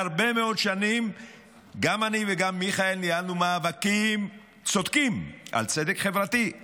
הרבה מאוד שנים גם אני וגם מיכאל ניהלנו מאבקים צודקים על צדק חברתי,